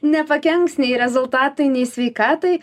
nepakenks nei rezultatui nei sveikatai